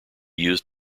used